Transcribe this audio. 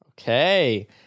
Okay